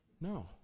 No